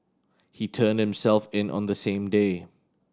he turned himself in on the same day